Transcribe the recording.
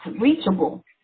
reachable